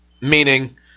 meaning